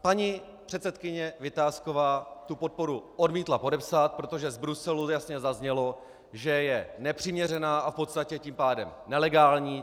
Paní předsedkyně Vitásková tu podporu odmítla podepsat, protože z Bruselu jasně zaznělo, že je nepřiměřená a v podstatě tím pádem nelegální.